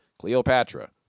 Cleopatra